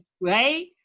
right